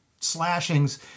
slashings